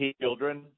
children